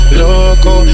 loco